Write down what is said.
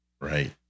Right